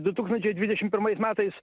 du tūkstančiai dvidešim pirmais metais